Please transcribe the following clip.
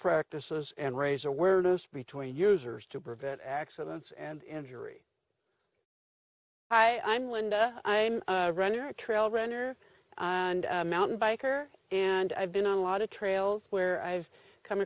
practices and raise awareness between users to prevent accidents and injury i am linda i'm running a trail runner and mountain biker and i've been on a lot of trails where i've come